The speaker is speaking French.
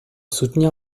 soutenir